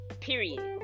period